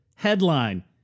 Headline